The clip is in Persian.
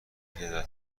کرده